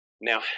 now